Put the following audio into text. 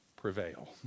prevail